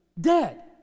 dead